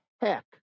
heck